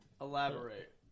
Elaborate